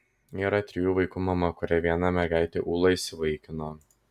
ji yra trijų vaikų mama kurių vieną mergaitę ūlą įsivaikino